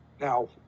Now